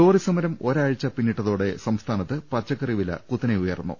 ലോറിസമരം ഒരാഴ്ച പിന്നിട്ടതോടെ സംസ്ഥാനത്ത് പച്ചക്കറി വില കുത്തനെ ഉയർന്നു